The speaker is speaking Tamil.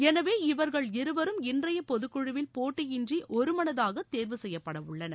எனவே இவர்கள் இருவரும் இன்றைய பொதுக் குழுவில் போட்டியின்றி ஒருமனதாக தேர்வ செய்யப்பட உள்ளனர்